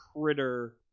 Critter